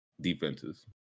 defenses